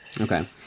Okay